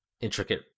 intricate